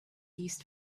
used